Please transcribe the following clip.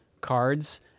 cards